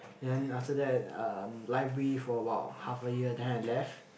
then after that um library for about half a year then I left